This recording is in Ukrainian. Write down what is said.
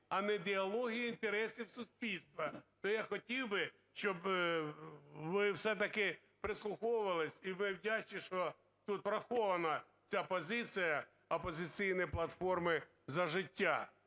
а не ідеології інтересів суспільства. То я хотів би, щоб ви все-таки прислуховувались. І ми вдячні, що тут врахована ця позиція "Опозиційної платформи – За життя",